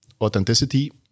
authenticity